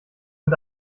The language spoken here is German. mit